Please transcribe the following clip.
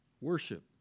Worship